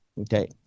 Okay